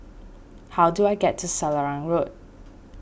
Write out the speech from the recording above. how do I get to Selarang Road